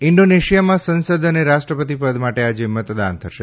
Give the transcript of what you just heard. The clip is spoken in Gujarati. ઈન્ડોનેશિયામાં સંસદ અને રાષ્ટ્રપતિ પદ માટે આજે મતદાન થશે